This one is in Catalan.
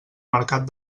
mercat